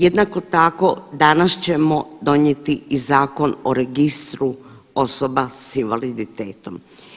Jednako tako danas ćemo donijeti i Zakon o registru osoba s invaliditetom.